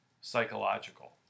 psychological